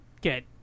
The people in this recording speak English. get